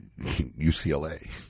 UCLA